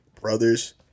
Brothers